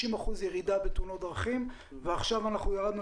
ירידה של 50% בתאונות דרכים ועכשיו ירדנו